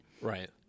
right